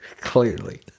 Clearly